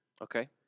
Okay